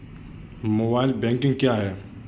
Mobile banking क्या है?